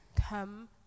come